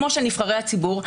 כמו של נבחרי הציבור,